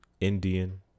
Indian